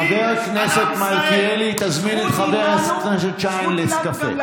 חבר הכנסת מלכיאלי, תזמין את חבר הכנסת שיין לקפה.